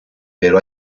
pero